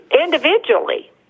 individually